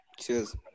Cheers